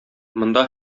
монда